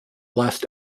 last